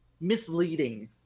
misleading